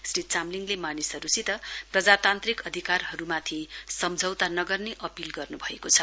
श्री चामलिङले मानिसहरूसित प्रजातान्त्रिक अधिकारहरूमाथि सम्झौता नगर्ने अपील गर्न्भएको छ